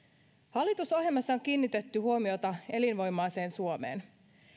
hallitusohjelmassa on kiinnitetty huomiota elinvoimaiseen suomeen